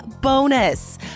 bonus